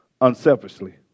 unselfishly